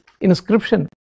inscription